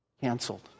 canceled